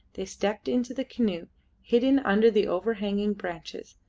they stepped into the canoe hidden under the overhanging branches.